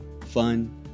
fun